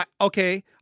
Okay